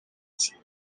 ati